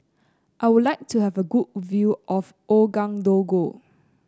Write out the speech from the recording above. I would like to have a good view of Ouagadougou